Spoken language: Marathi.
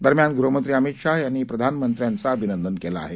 दरम्यान गृहमंत्री अमित शाह यांनी प्रधानमंत्र्यांचं अभिनंदन केलं आहे